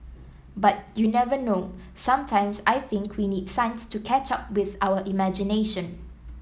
but you never know sometimes I think we need science to catch up with our imagination